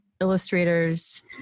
illustrators